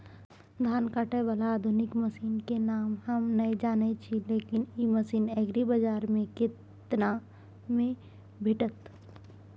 धान काटय बाला आधुनिक मसीन के नाम हम नय जानय छी, लेकिन इ मसीन एग्रीबाजार में केतना में भेटत?